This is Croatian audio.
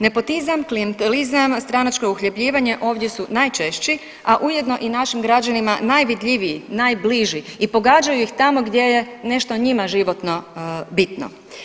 Nepotizam, klijentelizam, stranačko uhljebljivanje, ovdje su najčešći, a ujedno i našim građanima najvidljiviji, najbliži i pogađaju ih tamo gdje je nešto njima životno bitno.